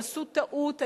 הם עשו טעות,